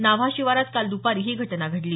नाव्हा शिवारात काल दुपारी ही दुर्घटना झाली